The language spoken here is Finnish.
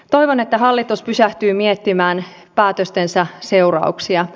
toivon että hallitus pysähtyy miettimään päätöstensä seurauksia